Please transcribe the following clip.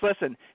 listen